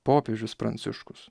popiežius pranciškus